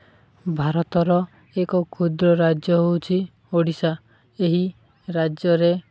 ଭାରତର ଏକ କ୍ଷୁଦ୍ର ରାଜ୍ୟ ହେଉଛି ଓଡ଼ିଶା ଏହି ରାଜ୍ୟରେ